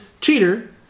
cheater